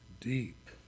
deep